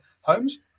homes